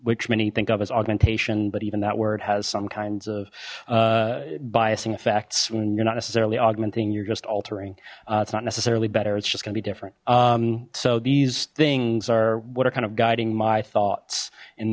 which many think of as augmentation but even that word has some kinds of biasing effects when you're not necessarily augmenting you're just altering it's not necessarily better it's just gonna be different so these things are what are kind of guiding my thoughts